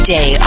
Day